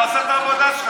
תעשה את העבודה שלך.